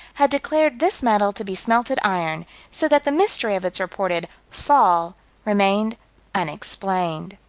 had declared this metal to be smelted iron so that the mystery of its reported fall remained unexplained.